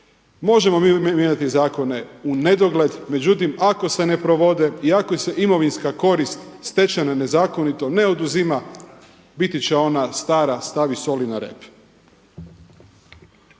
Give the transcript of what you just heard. možemo mi mijenjati zakone u nedogled, međutim ako se ne provode i ako se imovinska korist stečena nezakonito ne oduzima biti će ona stara stavi soli na rep.